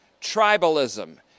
tribalism